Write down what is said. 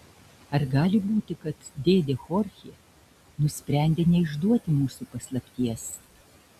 ar gali būti kad dėdė chorchė nusprendė neišduoti mūsų paslapties